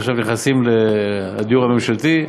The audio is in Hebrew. עכשיו נכנסים לדיור הממשלתי,